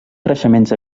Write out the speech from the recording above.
creixements